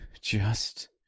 Just